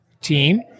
team